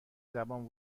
زبان